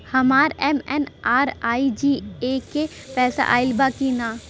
हमार एम.एन.आर.ई.जी.ए के पैसा आइल बा कि ना?